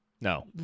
no